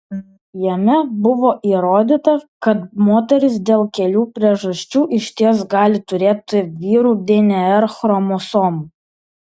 jame buvo įrodyta kad moterys dėl kelių priežasčių išties gali turėti vyrų dnr chromosomų